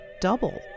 double